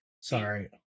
Sorry